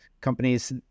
companies